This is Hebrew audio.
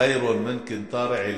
חֵ'יְר מִן קִנְטַאר עִלַאג'